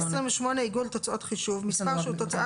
עיגול תוצאות חישוב 28. מספר שהוא תוצאת